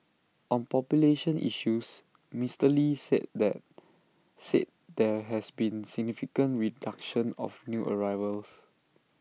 on population issues Mister lee said there said there has been significant reduction of new arrivals